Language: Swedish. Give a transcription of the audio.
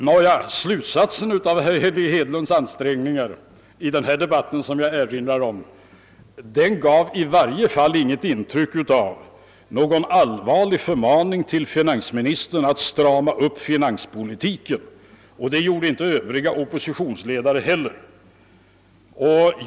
Nåja, slutsatsen av herr Hedlunds ansträngningar vid den debatt som jag erinrar om gav i varje fall inget intryck av att han riktade någon allvarlig förmaning till finansministern att strama upp finanspolitiken, och det gjorde inte övriga oppositionsledare heller.